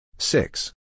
Six